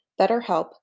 BetterHelp